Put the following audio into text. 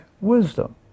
wisdom